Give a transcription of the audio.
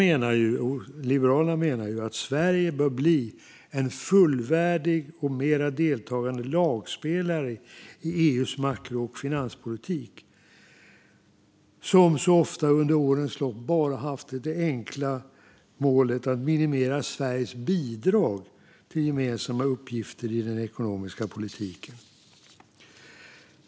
Men Liberalerna menar att Sverige bör bli en fullvärdig och mer deltagande lagspelare i EU:s makro och finanspolitik, som så ofta under årens lopp bara har haft det enkla målet att minimera Sveriges bidrag till gemensamma uppgifter i den ekonomiska politiken.